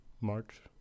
March